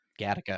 Gattaca